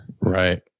Right